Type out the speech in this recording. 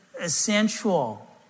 essential